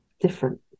different